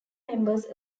members